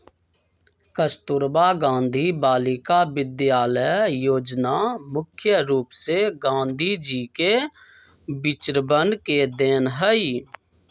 कस्तूरबा गांधी बालिका विद्यालय योजना मुख्य रूप से गांधी जी के विचरवन के देन हई